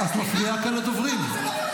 את מפריעה כאן לדוברים.